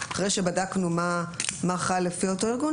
אחרי שבדקנו מה חל לפי אותו ארגון,